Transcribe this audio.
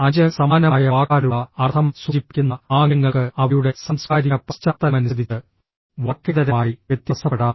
അഞ്ച് സമാനമായ വാക്കാലുള്ള അർത്ഥം സൂചിപ്പിക്കുന്ന ആംഗ്യങ്ങൾക്ക് അവയുടെ സാംസ്കാരിക പശ്ചാത്തലമനുസരിച്ച് വാക്കേതരമായി വ്യത്യാസപ്പെടാം